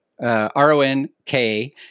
R-O-N-K